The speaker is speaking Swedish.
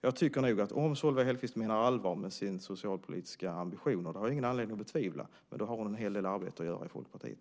Om Solveig Hellquist menar allvar med sin socialpolitiska ambition, och det har jag ingen anledning att betvivla, har hon en hel del arbete att göra i Folkpartiet.